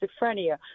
schizophrenia